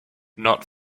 not